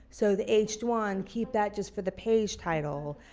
so the h one keep that just for the page title,